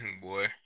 Boy